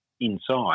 inside